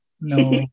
No